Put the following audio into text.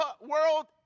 World